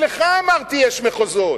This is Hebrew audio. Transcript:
אמרתי שאצלך יש מחוזות,